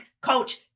coach